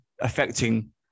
affecting